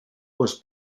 was